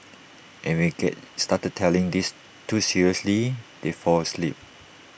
and we start telling this too seriously they fall asleep